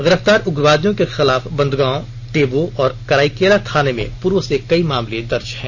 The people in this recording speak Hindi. गिरफ्तार उग्रवादियों के खिलाफ बंदगांव टेबो और कराईकेला थाने में पूर्व से कई मामले दर्ज हैं